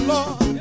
Lord